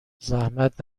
زحمت